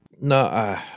No